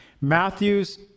matthew's